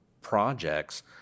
projects